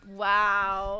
wow